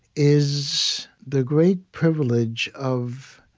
is the great privilege of